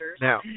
Now